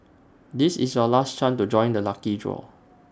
this is your last chance to join the lucky draw